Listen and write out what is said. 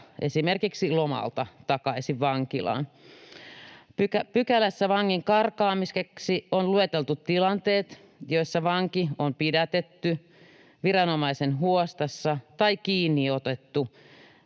esimerkiksi lomalta takaisin vankilaan. Pykälässä vangin karkaamiseksi on lueteltu tilanteet, joissa vanki on pidätetty, viranomaisen huostassa tai kiinniotettu